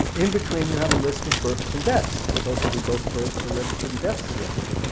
in between you have a list of births and deaths, supposedly both births are registered and deaths are registered,